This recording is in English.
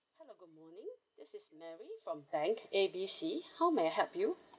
hello good morning this is mary from bank A B C how may I help you